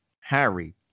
Harry